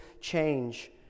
change